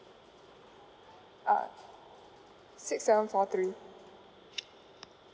uh six seven four three